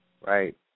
right